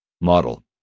Model